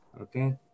okay